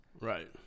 Right